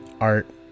art